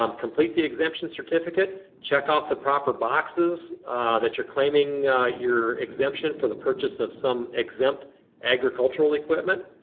um complete the exemption certificate, check off the proper boxes that you're claiming your exemption for the purpose of some exempt agricultural equipment.